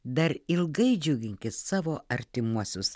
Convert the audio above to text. dar ilgai džiuginkit savo artimuosius